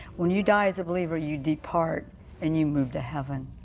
when you die as a believer you depart and you move to heaven.